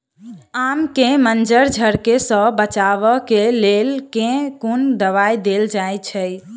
आम केँ मंजर झरके सऽ बचाब केँ लेल केँ कुन दवाई देल जाएँ छैय?